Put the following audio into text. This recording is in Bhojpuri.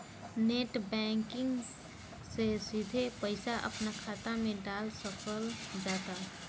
नेट बैंकिग से सिधे पईसा अपना खात मे डाल सकल जाता